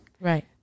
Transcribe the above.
Right